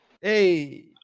Hey